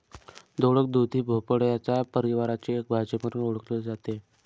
दोडक, दुधी भोपळ्याच्या परिवाराची एक भाजी म्हणून ओळखली जाते